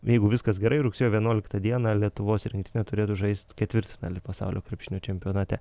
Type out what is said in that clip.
jeigu viskas gerai rugsėjo vienuoliktą dieną lietuvos rinktinė turėtų žaist ketvirtfinaly pasaulio krepšinio čempionate